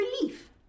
relief